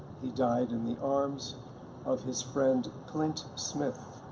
he died in the arms of his friend clint smith.